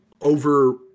over